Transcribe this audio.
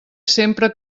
sempre